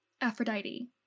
Aphrodite